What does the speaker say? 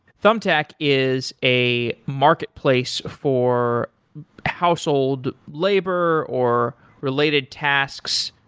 thumbtack is a marketplace for household labor or related tasks,